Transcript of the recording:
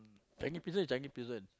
Changi Prison is Changi Prison